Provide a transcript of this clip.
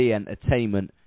Entertainment